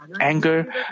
anger